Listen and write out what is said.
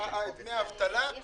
אבל לפני ההצבעה ניתן לו.